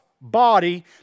body